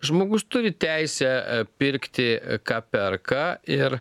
žmogus turi teisę pirkti ką perka ir